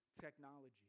technology